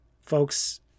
folks